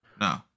No